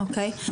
אוקיי.